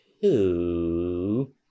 two